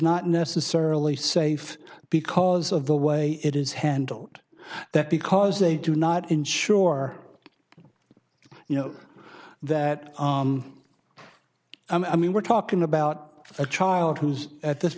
not necessarily safe because of the way it is handled that because they do not insure you know that i mean we're talking about a child who's at this